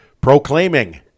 Proclaiming